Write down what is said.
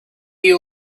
you